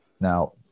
Now